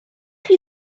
chi